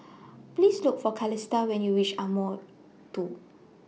Please Look For Calista when YOU REACH Ardmore two